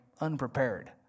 unprepared